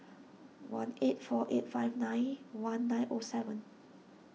one eight four eight five nine one nine O seven